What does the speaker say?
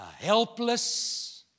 helpless